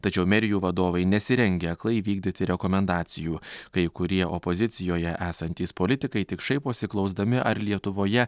tačiau merijų vadovai nesirengia aklai vykdyti rekomendacijų kai kurie opozicijoje esantys politikai tik šaiposi klausdami ar lietuvoje